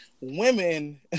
women